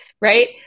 right